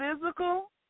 physical